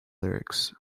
lyrics